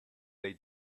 they